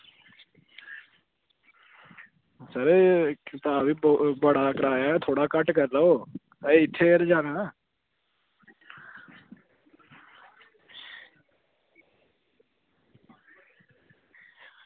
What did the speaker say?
चलो तां बी बड़ा किराया थोह्ड़ा घट्ट करी लैओ ऐहीं इत्थें धोड़ी जाना ना